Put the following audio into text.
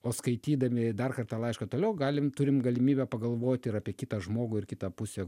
o skaitydami dar kartą laišką toliau galim turim galimybę pagalvot ir apie kitą žmogų ir kitą pusę